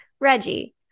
Reggie